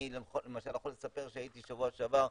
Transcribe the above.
אני למשל יכול לספר שהייתי שבוע שעבר,